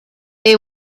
they